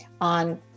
on